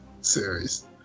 series